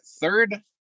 third